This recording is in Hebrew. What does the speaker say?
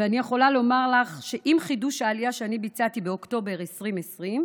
ואני יכולה לומר לך שעם חידוש העלייה שאני ביצעתי באוקטובר 2020,